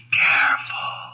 careful